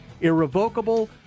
irrevocable